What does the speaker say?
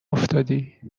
افتادی